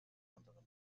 anderen